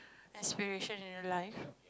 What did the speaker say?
aspiration in your life